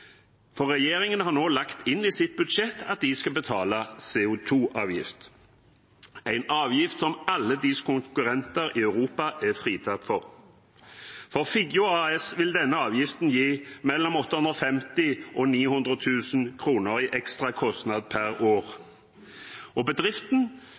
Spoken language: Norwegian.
for regjeringen har nå lagt inn i sitt budsjett at de skal betale CO 2 -avgift, en avgift som alle deres konkurrenter i Europa er fritatt for. For Figgjo AS vil denne avgiften gi mellom 850 000 og 900 000 kr i ekstra kostnader per